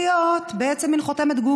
או למי שלא הבין את המסר בפעם הקודמת.